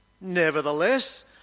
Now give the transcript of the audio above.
Nevertheless